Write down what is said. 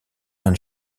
ung